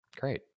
Great